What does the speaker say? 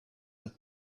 that